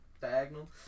diagonal